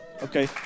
Okay